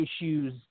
issues